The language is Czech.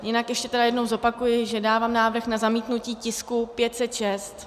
Jinak ještě tedy jednou zopakuji, že dávám návrh na zamítnutí tisku 506.